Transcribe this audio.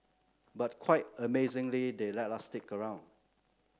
but quite amazingly they let us stick around